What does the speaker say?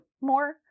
more